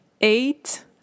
eight